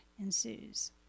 ensues